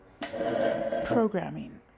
programming